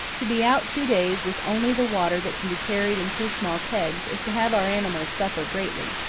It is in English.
to be out two days with only the water that can be carried in two small kegs is to have our animals suffer greatly.